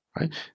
right